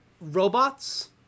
robots